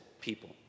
people